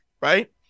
Right